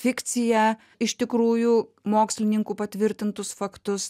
fikciją iš tikrųjų mokslininkų patvirtintus faktus